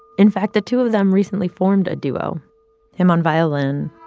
in fact, the two of them recently formed a duo him on violin,